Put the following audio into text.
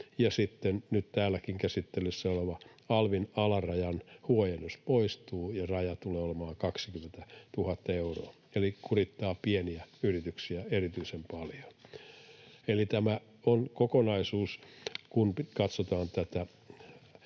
ja sitten nyt täälläkin käsittelyssä oleva alvin alarajan huojennus poistuu ja raja tulee olemaan 20 000 euroa, mikä kurittaa pieniä yrityksiä erityisen paljon. Eli tämä on kokonaisuus, kun katsotaan